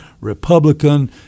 Republican